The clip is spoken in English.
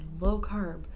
low-carb